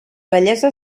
vellesa